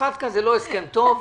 הפטקא זה לא הסכם טוב,